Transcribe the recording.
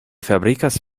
fabrikas